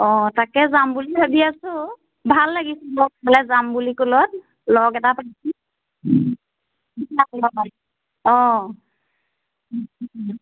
অঁ তাকে যাম বুলি ভাবি আছোঁ ভাল লাগিছিল লগ'লে যাম বুলি ক'লত লগ এটা পাইছো অঁ